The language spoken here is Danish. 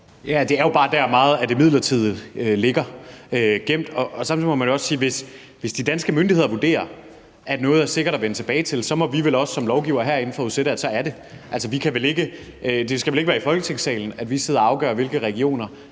(S): Det er jo bare der, meget af det midlertidige ligger gemt. Og man må jo samtidig også sige, at hvis de danske myndigheder vurderer, at noget er sikkert at vende tilbage til, så må vi vel også som lovgivere herinde forudsætte, at det er det. Det skal vel ikke være i Folketingssalen, at vi sidder og afgør, hvilke regioner